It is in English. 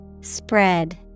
Spread